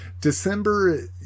December